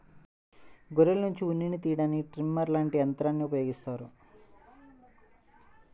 గొర్రెల్నుంచి ఉన్నిని తియ్యడానికి ట్రిమ్మర్ లాంటి యంత్రాల్ని ఉపయోగిత్తారు